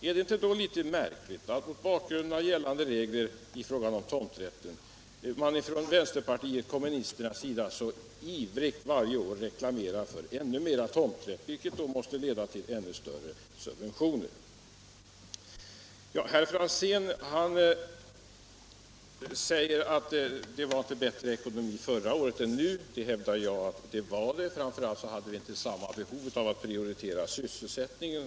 Är det inte då litet märkligt att man, mot bakgrund av gällande regler i fråga om tomträtten, från vänsterparitet kommunisternas sida ivrigt varje år reklamerar för ännu mera tomträtt, vilket måste leda till ännu större subventioner? Herr Franzén säger att det var inte bättre ekonomi förra året än nu. Det hävdar jag att det var, framför allt hade vi inte samma behov av att prioritera sysselsättningen.